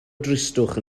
dristwch